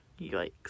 Yikes